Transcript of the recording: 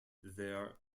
their